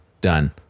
done